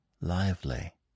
lively